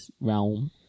realm